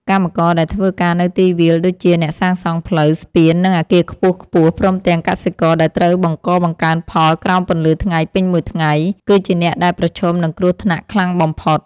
កម្មករដែលធ្វើការនៅទីវាលដូចជា អ្នកសាងសង់ផ្លូវ ស្ពាន និងអគារខ្ពស់ៗ ព្រមទាំងកសិករដែលត្រូវបង្កបង្កើនផលក្រោមពន្លឺថ្ងៃពេញមួយថ្ងៃ គឺជាអ្នកដែលប្រឈមនឹងគ្រោះថ្នាក់ខ្លាំងបំផុត។